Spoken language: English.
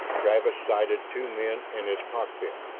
travis sighted two men in its cockpit,